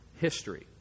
history